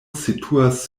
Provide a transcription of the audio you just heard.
situas